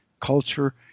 culture